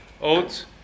oats